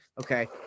okay